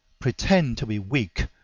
pretend to be weak,